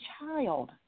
child